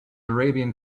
arabian